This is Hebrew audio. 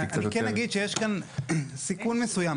אני כן אגיד שיש כאן סיכון מסוים.